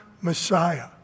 Messiah